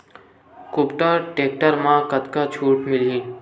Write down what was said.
कुबटा टेक्टर म कतका छूट मिलही?